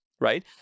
right